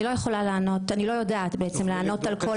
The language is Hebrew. אני לא יודעת לענות.